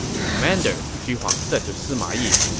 commander, xu huang said to sima yi,